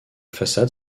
façade